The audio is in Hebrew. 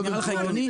נראה לך הגיוני?